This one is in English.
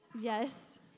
Yes